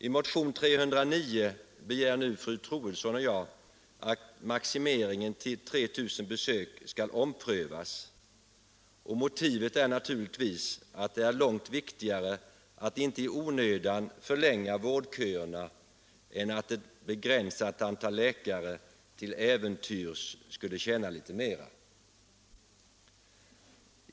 I motionen 309 har nu fru Troedsson och jag begärt att maximeringen till 3 000 besök skall omprövas, och motivet är naturligtvis att det är långt viktigare att inte i onödan förlänga vårdköerna än att ett begränsat antal läkare till äventyrs skulle tjäna litet mera.